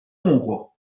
hongrois